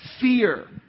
fear